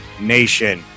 Nation